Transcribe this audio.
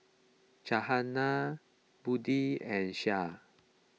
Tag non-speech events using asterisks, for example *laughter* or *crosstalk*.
*unintelligible* Budi and Syah